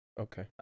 Okay